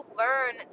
learn